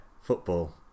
Football